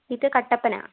ഇത് കട്ടപ്പന